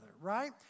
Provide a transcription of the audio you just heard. right